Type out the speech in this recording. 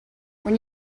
when